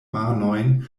manojn